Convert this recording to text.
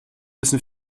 müssen